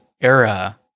era